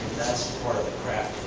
part of the craft